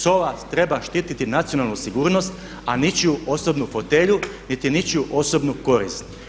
SOA treba štititi nacionalnu sigurnost a ničiju osobnu fotelju niti ničiju osobnu korist.